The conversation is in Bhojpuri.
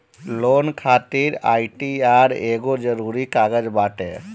लोन खातिर आई.टी.आर एगो जरुरी कागज बाटे